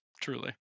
Truly